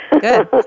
Good